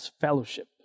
fellowship